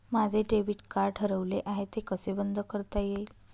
माझे debit card हरवले आहे ते कसे बंद करता येईल?